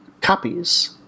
copies